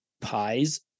pies